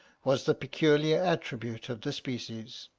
was the peculiar attribute of the species.